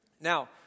Now